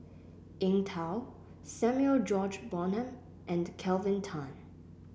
Eng Tow Samuel George Bonham and Kelvin Tan